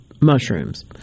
mushrooms